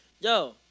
yo